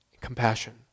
compassion